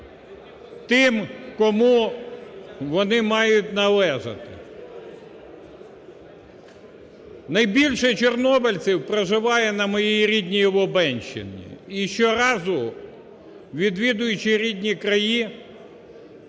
тим, кому вони мають належати. Найбільше чорнобильців проживає на моїй рідній Лубенщині і щоразу, відвідуючи рідні краї,